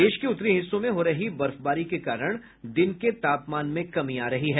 देश की उत्तरी हिस्सों में हो रही बर्फबारी के कारण दिन के तापमान में कमी आ रही है